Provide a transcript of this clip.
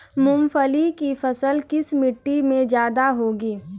मूंगफली की फसल किस मिट्टी में ज्यादा होगी?